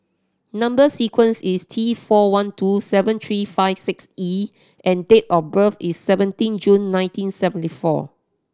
number sequence is T four one two seven three five six E and date of birth is seventeen June nineteen seventy four